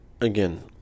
again